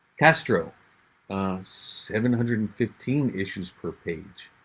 castro seven hundred and fifteen issues per page.